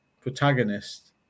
protagonist